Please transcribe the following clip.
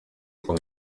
con